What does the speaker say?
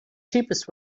cheapest